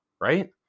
right